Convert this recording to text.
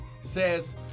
says